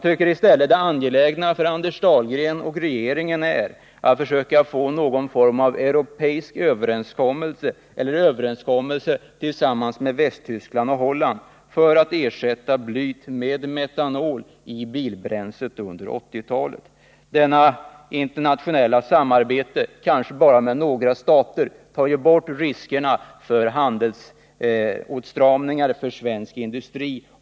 Det är angeläget att Anders Dahlgren och regeringen försöker få någon form av europeisk överenskommelse eller en överenskommelse med Västtyskland och Holland om att ersätta blyet i bilbränslet med metanol under 1980-talet. Detta internationella samarbete — kanske mellan bara några stater — tar bort riskerna för handelsåtstramningar för svensk industri.